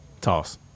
Toss